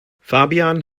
fabian